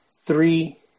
three